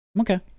Okay